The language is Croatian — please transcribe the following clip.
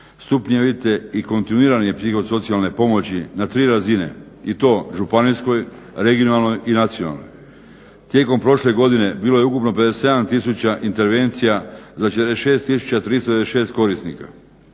stupnjevite i kontinuirana psihosocijalne pomoći na tri razine i to županijskoj, regionalnoj i nacionalnoj. Tijekom prošle godine bilo je ukupno 57 tisuća intervencija za 46 tisuća 396 korisnika.